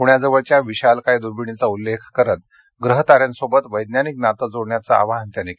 पूण्याजवळच्या विशालकाय दूर्विणीचा उल्लेख करत ग्रहताऱ्यांशी वैज्ञानिक नातं जोडण्याचं आवाहनही त्यांनी केलं